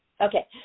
Okay